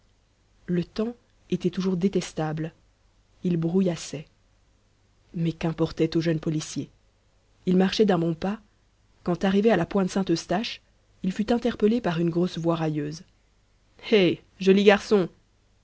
le temps était toujours détestable il brouillassait mais qu'importait au jeune policier il marchait d'un bon pas quand arrivé à la pointe saint-eustache il fut interpellé par une grosse voix railleuse hé joli garçon